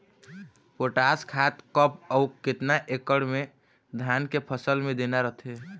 Potash खाद कब अऊ केतना एकड़ मे धान के फसल मे देना रथे?